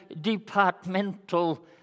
departmental